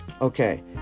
Okay